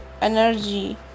energy